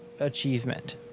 Achievement